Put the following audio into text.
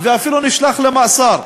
ואפילו להישלח למאסר,